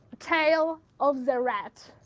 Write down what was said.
tail of the rat.